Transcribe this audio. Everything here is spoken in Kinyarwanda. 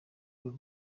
bull